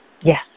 Yes